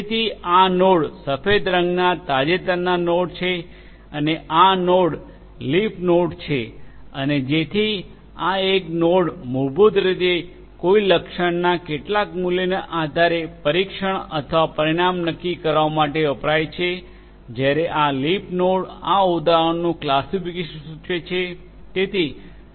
તેથી આ નોડ સફેદ રંગના તાજેતરના નોડ છે અને આ નોડ લીફ નોડ છે અને જેથી આ એક નોડ મૂળભૂત રીતે કોઈ લક્ષણના કેટલાક મૂલ્યને આધારે પરીક્ષણ અથવા પરિણામ નક્કી કરવા માટે વપરાય છે જ્યારે આ લીફ નોડ આ ઉદાહરણનું ક્લાસિફિકેશન સૂચવે છે